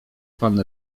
pan